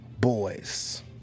boys